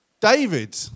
David